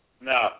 No